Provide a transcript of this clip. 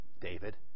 David